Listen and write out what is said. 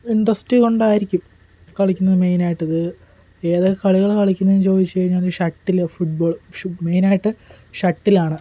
interest കൊണ്ടായിരിക്കും കളിക്കുന്നത് main ആയിട്ട് ഇത് ഏതൊക്കെ കളികൾ കളിക്കുന്നതെന്ന് ചോദിച്ചുകഴിഞ്ഞാൽ ഷട്ടില് ഫുട്ബോൾ ഷു മെയിനായിട്ട് ഷട്ടിലാണ്